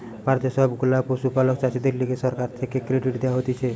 ভারতের সব গুলা পশুপালক চাষীদের লিগে সরকার থেকে ক্রেডিট দেওয়া হতিছে